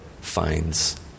finds